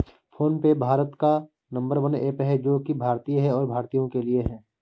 phone पे भारत का number one app है जो की भारतीय है और भारतीयों के लिए है